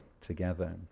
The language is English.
together